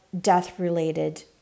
death-related